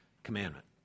commandment